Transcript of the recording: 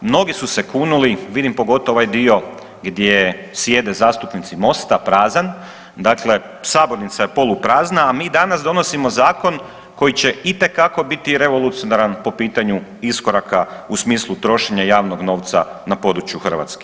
Mnogi su se kunili, vidim pogotovo ovaj dio gdje sjede zastupnici Mosta prazan, dakle sabornica je danas poluprazna, a mi danas donosimo zakon koji će itekako biti revolucionaran po pitanju iskoraka u smislu trošenja javnog novca na području Hrvatske.